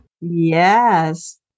Yes